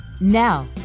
Now